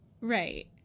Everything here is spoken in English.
Right